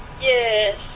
Yes